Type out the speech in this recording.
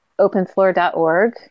openfloor.org